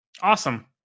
Awesome